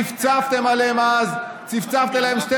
צפצפתם עליהם אז, צפצפתם עליהם 12 שנה,